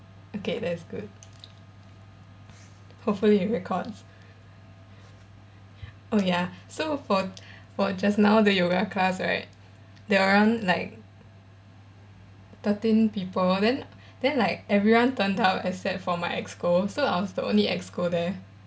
okay that's good hopefully it records oh ya so for for just now the yoga class right there were around like thirteen people then then like everyone turned up except for my exco so I was the only exco there